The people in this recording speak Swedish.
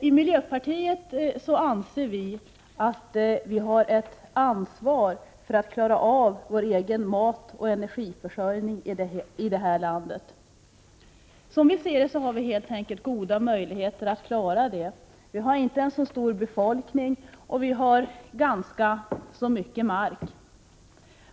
I miljöpartiet anser vi att vi har ett ansvar för att vi i det här landet skall kunna klara vår matoch energiförsörjning. Vi anser att det finns goda möjligheter att lyckas med det. Vår befolkning är inte så stor, och vi har ganska mycket mark.